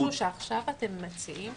זה משהו שעכשיו אתם מציעים?